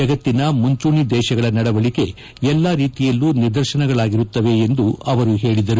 ಜಗತ್ತಿನ ಮುಂಚೂಣಿ ದೇಶಗಳ ನಡವಳಿಕೆ ಎಲ್ಲಾ ರೀತಿಯಲ್ಲೂ ನಿದರ್ಶನಗಳಾಗಿರುತ್ತವೆ ಎಂದು ಅವರು ಹೇಳಿದರು